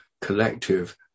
collective